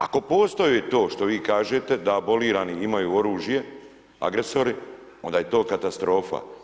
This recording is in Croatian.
Ako postoji to što vi kažete da abolirani imaju oružje agresori, onda je to katastrofa.